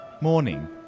morning